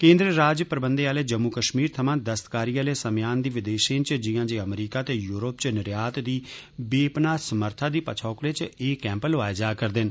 केन्द्र राज प्रबंधें आह्ले जम्मू कश्मीर थमां दस्तकारी आह्ले समेयान दी विदेशें च जियां जे अमरीका ते यूरोप च निर्यात दी बेपनाह समर्था दी पच्छोकड़े च एह् कैम्प लोआए जा करदे न